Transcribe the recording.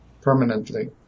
permanently